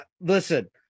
Listen